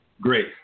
Great